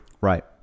Right